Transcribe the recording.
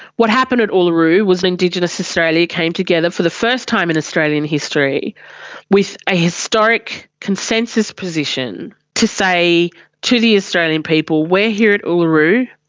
what happened at uluru was indigenous australia came together for the first time in australian history with a historic consensus position to say to the australian people, we're here at uluru.